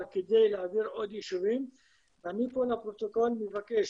כדי להעביר עוד יישובים ואני פה לפרוטוקול מבקש